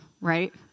right